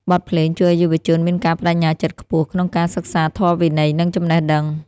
បទភ្លេងជួយឱ្យយុវជនមានការប្ដេជ្ញាចិត្តខ្ពស់ ក្នុងការសិក្សាធម៌វិន័យ និងចំណេះដឹង។